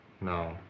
No